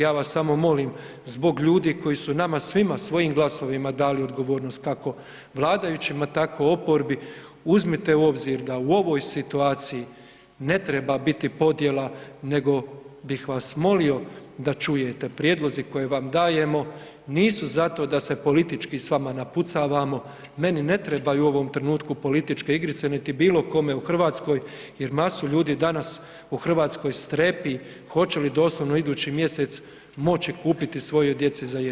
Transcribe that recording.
Ja vas samo molim zbog ljudi koji su nama svima svojim glasovima dali odgovornost kako vladajućima tako oporbi, uzmite u obzir da u ovoj situaciji ne treba biti podjela nego bih vas molio da čujete, prijedlozi koje vam dajemo nisu za to da se politički s vama napucavamo, meni ne trebaju u ovom trenutku političke igrice, niti bilo kome u RH jer masu ljudi danas u RH strepi hoće li doslovno idući mjesec moći kupiti svojoj djeci za jesti.